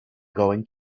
going